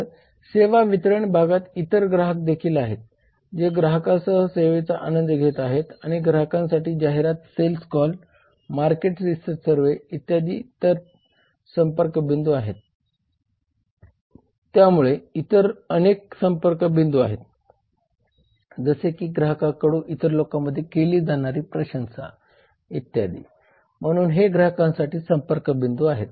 तर सेवा वितरण भागात इतर ग्राहक देखील आहेत जे ग्राहकासह सेवेचा आनंद घेत आहेत आणि ग्राहकांसाठी जाहिरात sales call market research survey इत्यादी इतर संपर्क बिंदू आहेत त्यामुळे इतर अनेक संपर्क बिंदू आहेत जसे की ग्राहकांकडून इतर लोकांमध्ये केली जाणारी प्रशंसा इत्यादी म्हणून हे ग्राहकांसाठी संपर्क बिंदू आहेत